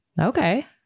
Okay